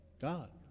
God